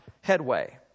headway